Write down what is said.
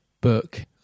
book